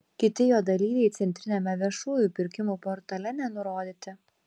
kiti jo dalyviai centriniame viešųjų pirkimų portale nenurodyti